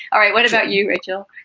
all right, what about you, rachel?